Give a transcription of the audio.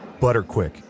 Butterquick